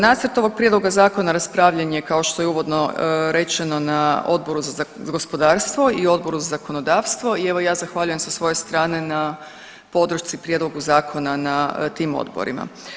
Nacrt ovog prijedloga zakona raspravljen je kao što je uvodno rečeno na Odboru za gospodarstvo i Odboru za zakonodavstvo i evo ja zahvaljujem sa svoje strane na podršci prijedlogu zakona na tim odborima.